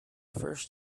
first